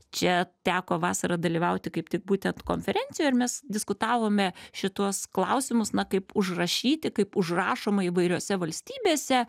čia teko vasarą dalyvauti kaip tik būtent konferencijoj ir mes diskutavome šituos klausimus na kaip užrašyti kaip užrašoma įvairiose valstybėse